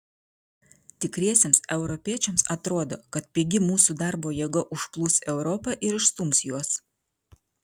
tikriesiems europiečiams atrodo kad pigi mūsų darbo jėga užplūs europą ir išstums juos